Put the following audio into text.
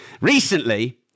recently